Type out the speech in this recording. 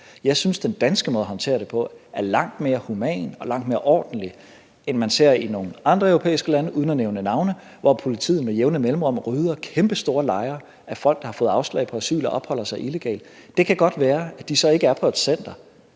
Jeg synes, den danske måde at håndtere det på, er langt mere human og langt mere ordentlig, end man ser det i nogle andre europæiske lande – uden at nævne navne – hvor politiet med jævne mellemrum rydder kæmpestore lejre med folk, der har fået afslag på asyl og opholder sig illegalt i landet. Det kan godt være, at de så ikke er på et center,